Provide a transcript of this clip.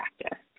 practice